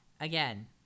again